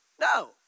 No